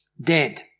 Dead